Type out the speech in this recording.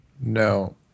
No